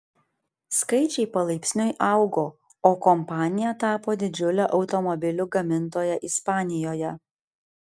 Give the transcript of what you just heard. skaičiai palaipsniui augo o kompanija tapo didžiule automobilių gamintoja ispanijoje